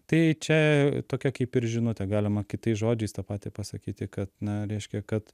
tai čia tokia kaip ir žinutė galima kitais žodžiais tą patį pasakyti kad na reiškia kad